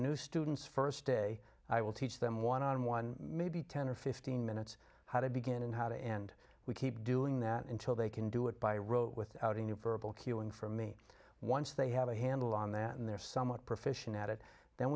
new students first day i will teach them one on one maybe ten or fifteen minutes how to begin and how to end we keep doing that until they can do it by rote without a new verbal cue in for me once they have a handle on that and they're somewhat proficient at it then